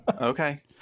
Okay